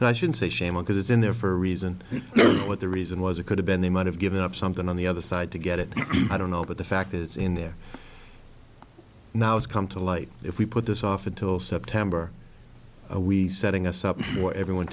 you i should say shame on because it's in there for a reason you know what the reason was it could have been they might have given up something on the other side to get it i don't know but the fact is in there now it's come to light if we put this off until september we setting us up for everyone